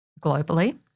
globally